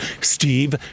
Steve